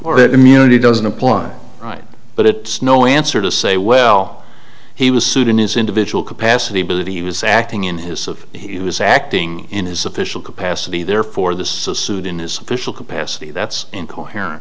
that immunity doesn't apply right but it no answer to say well he was sued in his individual capacity but that he was acting in his of he was acting in his official capacity therefore the so suit in his official capacity that's incoherent